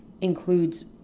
includes